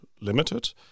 limited